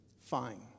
Fine